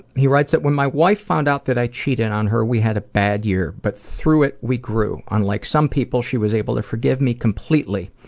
he writes, when my wife found out that i cheated on her, we had a bad year, but through it, we grew. unlike some people, she was able to forgive me completely.